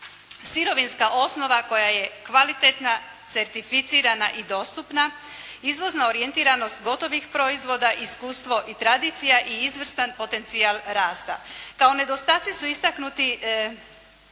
sirovinska osnova koja je kvalitetna, certificirana i dostupna, izvozna orijentiranost gotovih proizvoda, iskustvo i tradicija i izvrstan potencijal rasta. Kao nedostaci su istaknuti